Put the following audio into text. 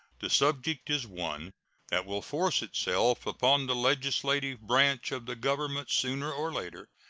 the subject is one that will force itself upon the legislative branch of the government sooner or later,